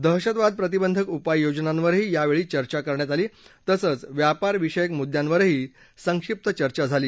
दहशतवाद प्रतिबंधक उपाययोजनांवरही यावेळी चर्चा करण्यात आली तसंच व्यापारविषयक मुद्यांवरही संक्षिप्त चर्चा झाली